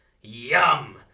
Yum